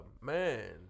Man